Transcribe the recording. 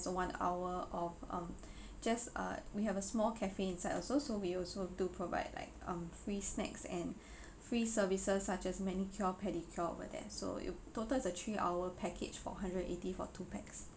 one hour of um just uh we have a small cafe inside also so we also do provide like um free snacks and free services such as manicure pedicure over there so it'll total is a three hour package for a hundred and eighty for two pax